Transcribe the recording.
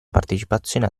partecipazione